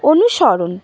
অনুসরণ